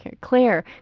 Claire